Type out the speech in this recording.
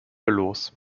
los